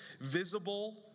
visible